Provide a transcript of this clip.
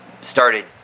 started